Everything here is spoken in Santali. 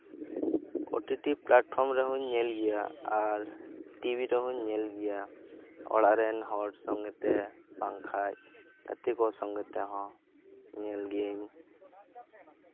ᱯᱨᱚᱛᱤᱴᱤ ᱯᱞᱟᱴᱯᱷᱚᱨᱢ ᱨᱮᱦᱚᱧ ᱧᱮᱞ ᱜᱮᱭᱟ ᱟᱨ ᱴᱤᱵᱤ ᱨᱮᱦᱩᱧ ᱧᱮᱞ ᱜᱮᱭᱟ ᱚᱲᱟᱜ ᱨᱮᱱ ᱥᱚᱝᱜᱮ ᱛᱮ ᱵᱟᱝᱠᱷᱟᱡ ᱜᱟᱛᱮ ᱠᱚ ᱥᱚᱝᱜᱮ ᱛᱮᱦᱚᱸ ᱧᱮᱞ ᱜᱤᱭᱟᱹᱧ